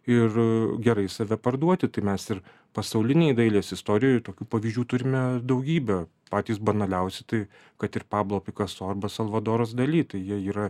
ir gerai save parduoti tai mes ir pasaulinėj dailės istorijoj tokių pavyzdžių turime daugybę patys banaliausi tai kad ir pablo pikaso arba salvadoras dali tai jie yra